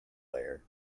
layer